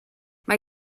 mae